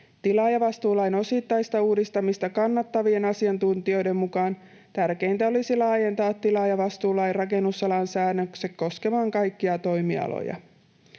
Tilaajavastuulain osittaista uudistamista kannattavien asiantuntijoiden mukaan tärkeintä olisi laajentaa tilaajavastuulain rakennusalan säännökset koskemaan kaikkia toimialoja.